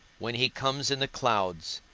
when he comes in the clouds,